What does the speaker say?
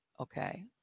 Okay